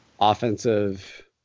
offensive